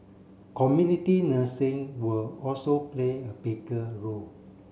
community nursing will also play a bigger role